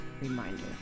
reminder